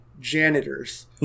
janitors